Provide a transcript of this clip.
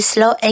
Slow